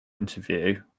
interview